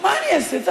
מה אתה אומר?